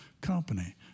company